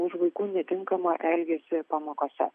už vaikų netinkamą elgesį pamokose